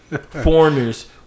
foreigners